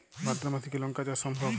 ভাদ্র মাসে কি লঙ্কা চাষ সম্ভব?